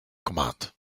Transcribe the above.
command